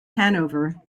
hanover